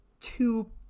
two